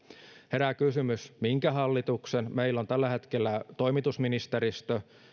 herää kysymys minkä hallituksen meillä on tällä hetkellä toimitusministeristö